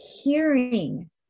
hearing